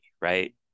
right